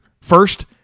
First